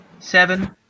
Seven